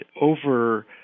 over